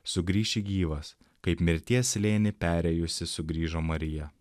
sugrįši gyvas kaip mirties slėnį perėjusi sugrįžo marija